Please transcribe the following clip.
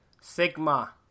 Sigma